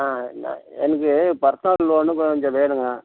ஆ நான் எனக்கு பர்சனல் லோன்னு கொஞ்சம் வேணுங்க